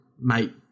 mate